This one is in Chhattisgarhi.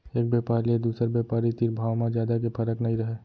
एक बेपारी ले दुसर बेपारी तीर भाव म जादा के फरक नइ रहय